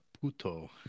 puto